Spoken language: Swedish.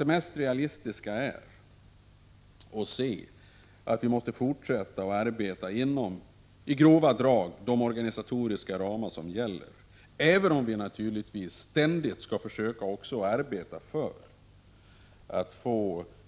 Det mest realistiska är nog att inse att vi måste fortsätta att arbeta inom, i grova drag, de organisatoriska ramar som gäller, även om vi naturligtvis ständigt skall försöka göra